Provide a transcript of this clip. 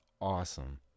awesome